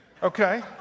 Okay